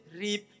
reap